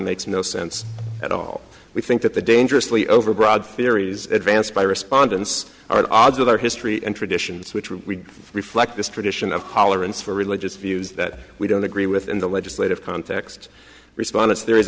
makes no sense at all we think that the dangerously overbroad theories advanced by respondents are at odds with our history and traditions which we reflect this tradition of tolerance for religious views that we don't agree with in the legislative context response there is